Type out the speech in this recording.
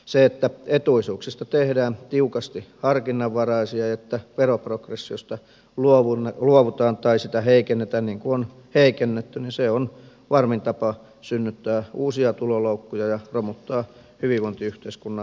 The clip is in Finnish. se että etuisuuksista tehdään tiukasti harkinnanvaraisia ja että veroprogressiosta luovutaan tai sitä heikennetään niin kuin on heikennetty on varmin tapa synnyttää uusia tuloloukkuja ja romuttaa hyvinvointiyhteiskunnan rahoitusperustaa